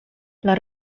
les